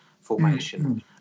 formation